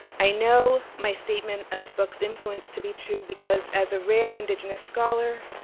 i know my statement of the book's influence to be true because as a rare indigenous scholar,